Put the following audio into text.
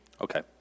Okay